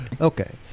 Okay